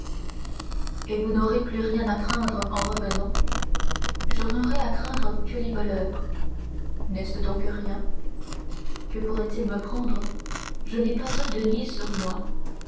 et vous n'aurez plus rien à craindre en revenant je n'aurai à craindre que les voleurs n'est-ce donc rien que pourraient-ils me prendre je n'ai pas un denier sur moi